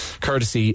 courtesy